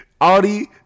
Audi